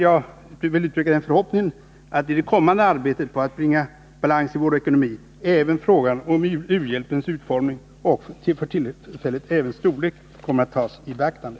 Jag vill uttrycka den förhoppningen att i det kommande arbetet på att bringa balans i vår ekonomi även frågan om u-hjälpens utformning och storlek kommer att tas i beaktande.